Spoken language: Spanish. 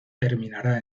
terminará